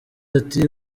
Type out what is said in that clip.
ati